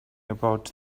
about